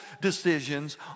decisions